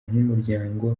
nk’umuryango